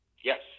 Yes